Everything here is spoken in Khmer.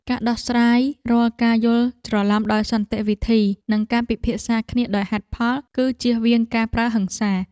ការដោះស្រាយរាល់ការយល់ច្រឡំដោយសន្តិវិធីនិងការពិភាក្សាគ្នាដោយហេតុផល គឺជៀសវាងការប្រើហិង្សា។